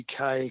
UK